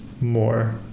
more